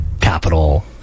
capital